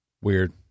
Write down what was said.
Weird